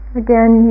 again